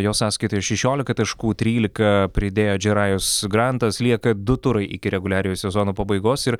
jo sąskaitoj šešiolika taškų trylika pridėjo džerajus grantas lieka du turai iki reguliariojo sezono pabaigos ir